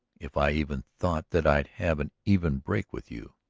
if i even thought that i'd have an even break with you,